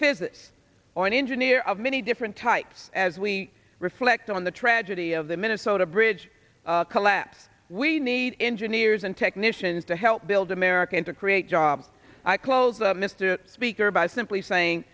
physicist or an engineer of many different types as we reflect on the tragedy of the minnesota bridge collapse we need engineers and technicians to help build america and to create jobs i close up mr speaker by simply saying